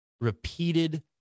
repeated